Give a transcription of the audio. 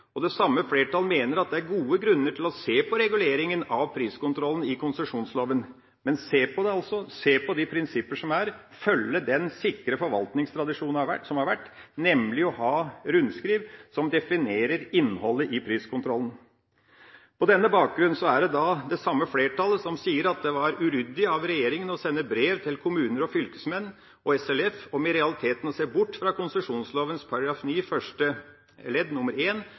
delt. Det samme flertall mener at det er gode grunner til å se på reguleringa av priskontrollen i konsesjonsloven, men se på det altså, se på de prinsipper som er og følge den sikre forvaltningstradisjonen som har vært, nemlig å ha rundskriv som definerer innholdet i priskontrollen. På denne bakgrunn sier det samme flertallet at det var uryddig av regjeringa å sende brev til kommuner, fylkesmenn og SLF om i realiteten å se bort fra konsesjonsloven § 9 første ledd